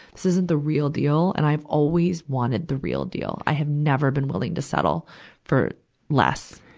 this isn't the real deal, and i have always wanted the real deal. i have never been willing to settle for less.